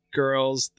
girls